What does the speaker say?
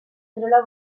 kirola